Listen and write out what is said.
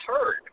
heard